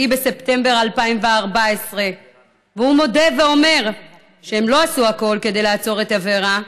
בספטמבר 2014. והוא מודה ואומר שהם לא עשו הכול כדי לעצור את אברה,